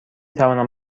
توانم